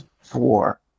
Four